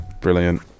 Brilliant